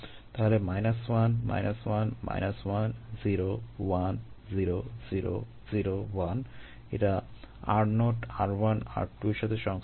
তাহলে 1 1 1 0 1 0 0 0 1 এরা r0 r1 r2 এর সাথে সংশ্লিষ্ট